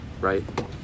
right